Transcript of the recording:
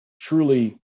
truly